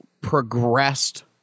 progressed